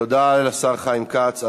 תודה לשר חיים כץ.